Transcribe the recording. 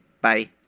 Bye